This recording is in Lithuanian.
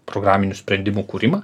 programinių sprendimų kūrimą